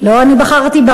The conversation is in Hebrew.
לא אני בחרתי בה,